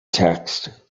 text